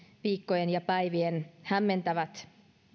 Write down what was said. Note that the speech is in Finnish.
viikkojen ja päivien hämmentävät